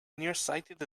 nearsighted